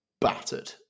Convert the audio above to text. Battered